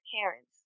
parents